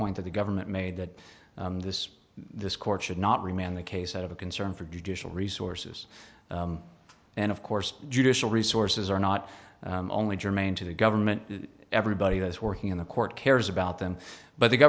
point that the government made that this this court should not remain the case out of a concern for judicial resources and of course judicial resources are not only germane to the government everybody that's working in the court cares about them but the